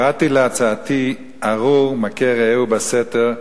קראתי להצעתי: "ארור מכה רעהו בסתר",